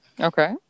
okay